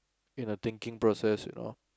in a thinking process you know